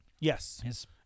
Yes